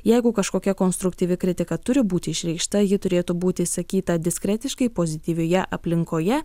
jeigu kažkokia konstruktyvi kritika turi būti išreikšta ji turėtų būti išsakyta diskretiškai pozityvioje aplinkoje